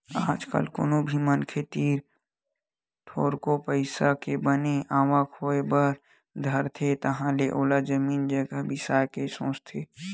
आज कल कोनो भी मनखे तीर थोरको पइसा के बने आवक होय बर धरथे तहाले ओहा जमीन जघा बिसाय के सोचथे